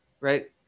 Right